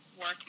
work